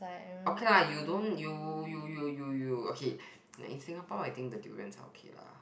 okay lah you don't you you you you you okay in Singapore I think the durians are okay lah